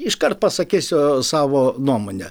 iškart pasakysiu savo nuomonę